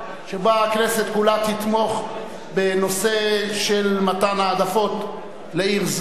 שבו הכנסת כולה תתמוך במתן העדפות לעיר זו,